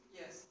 yes